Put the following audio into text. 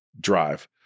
drive